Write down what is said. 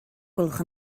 gwelwch